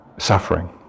suffering